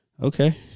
Okay